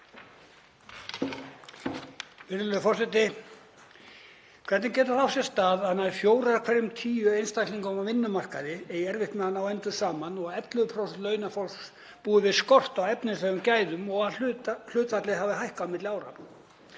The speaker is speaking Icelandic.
Virðulegur forseti. Hvernig getur það átt sér stað að nær fjórir af hverjum tíu einstaklingum á vinnumarkaði eigi erfitt með að ná endum saman og að 11% launafólks búi við skort á efnislegum gæðum og að hlutfallið hafi hækkað milli ára?